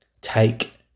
Take